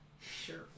Sure